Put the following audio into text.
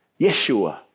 Yeshua